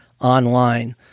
online